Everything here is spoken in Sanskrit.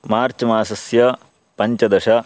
मार्च्मासस्य पञ्चदश